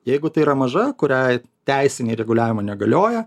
jeigu tai yra maža kuriai teisiniai reguliavimai negalioja